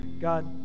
God